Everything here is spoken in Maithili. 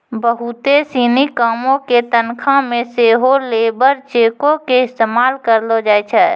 बहुते सिनी कामो के तनखा मे सेहो लेबर चेको के इस्तेमाल करलो जाय छै